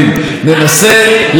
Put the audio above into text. ראש הממשלה דיבר על פרגון.